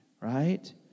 right